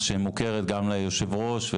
שמוכר גם ליושב ראש,